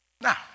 Now